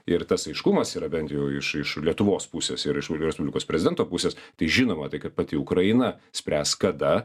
ir tas aiškumas yra bent jau iš iš lietuvos pusės ir iš respublikos prezidento pusės tai žinoma tai kad pati ukraina spręs kada